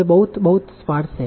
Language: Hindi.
यह बहुत बहुत स्पारस है